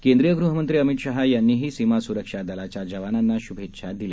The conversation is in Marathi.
केंद्रीय गृहमंत्री अमित शाह यांनीही सीमा सुरक्षा दलाच्या जवानांना शुभेच्छा दिल्या आहेत